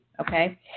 okay